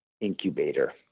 incubator